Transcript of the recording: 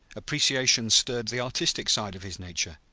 appreciation stirred the artistic side of his nature,